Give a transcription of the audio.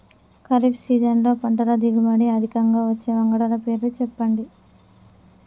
ఖరీఫ్ సీజన్లో పంటల దిగుబడి అధికంగా వచ్చే వంగడాల పేర్లు చెప్పండి?